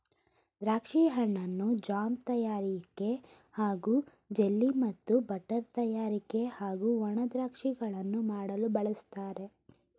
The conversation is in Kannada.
ದ್ರಾಕ್ಷಿ ಹಣ್ಣನ್ನು ಜಾಮ್ ತಯಾರಿಕೆ ಹಾಗೂ ಜೆಲ್ಲಿ ಮತ್ತು ಬಟರ್ ತಯಾರಿಕೆ ಹಾಗೂ ಒಣ ದ್ರಾಕ್ಷಿಗಳನ್ನು ಮಾಡಲು ಬಳಸ್ತಾರೆ